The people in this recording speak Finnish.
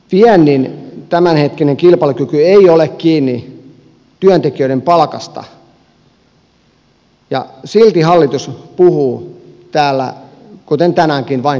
viennin tämänhetkinen kilpailukyky ei ole kiinni työntekijöiden palkasta ja silti hallitus puhuu täällä kuten tänäänkin vain tuposta